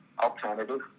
alternative